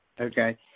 Okay